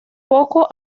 poco